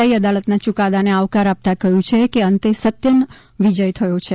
આઈ અદાલતના યુકાદાને આવકાર આપતા કહ્યું છે કે અંતે સત્યનો વિજય થયો છે